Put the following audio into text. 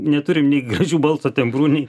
neturim nei gražių balso tembrų nei